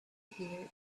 here